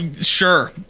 sure